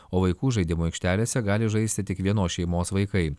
o vaikų žaidimų aikštelėse gali žaisti tik vienos šeimos vaikai